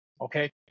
Okay